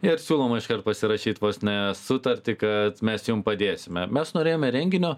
ir siūloma iškart pasirašyt vos ne sutartų kad mes jum padėsime mes norėjome renginio